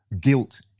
guilt